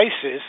ISIS